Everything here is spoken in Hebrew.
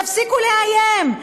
תפסיקו לאיים,